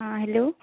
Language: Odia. ହଁ ହେଲୋ